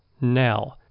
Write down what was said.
Now